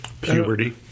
Puberty